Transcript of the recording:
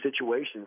situations